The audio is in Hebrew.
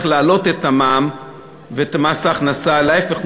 להעלות את המע"מ ואת מס ההכנסה אלא להפך,